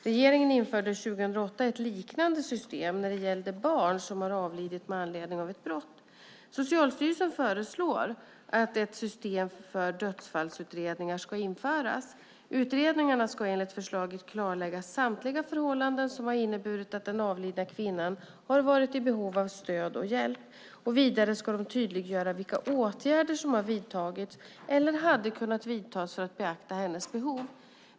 Regeringen införde 2008 ett liknande system när det gäller barn som har avlidit med anledning av ett brott. Socialstyrelsen föreslår att ett system för dödsfallsutredningar ska införas. Utredningarna ska enligt förslaget klarlägga samtliga förhållanden som har inneburit att den avlidna kvinnan har varit i behov av stöd och hjälp. Vidare ska de tydliggöra vilka åtgärder som har vidtagits eller hade kunnat vidtas för att beakta hennes behov.